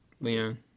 Leon